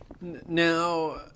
Now